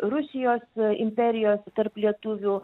rusijos imperijos tarp lietuvių